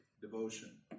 devotion